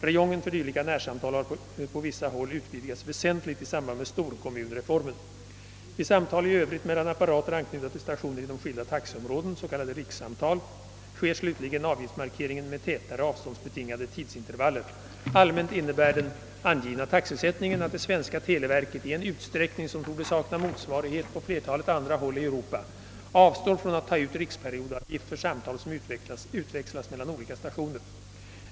Räjongen för dylika närsamtal har på vissa håll utvidgats väsentligt i samband med storkommunreformen. Vid samtal i övrigt mellan apparater anknutna till stationer inom skilda taxeområden — s.k. rikssamtal — sker slutligen avgiftsmarkeringen med tätare, avståndsbetingade tidsintervaller. Allmänt innebär den angivna taxesättningen att det svenska televerket i en utsträckning som torde sakna motsvarighet på flertalet andra håll i Europa avstår från att ta ut riksperiodavgift för samtal, som utväxlas mellan olika stationer.